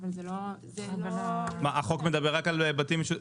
האם החוק מדבר רק על בתים משותפים?